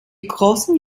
großen